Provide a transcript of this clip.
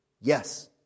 yes